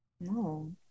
No